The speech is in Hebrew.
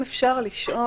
אבל אם אפשר לשאול,